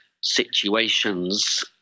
situations